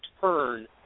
turn